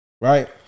right